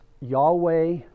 Yahweh